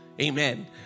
Amen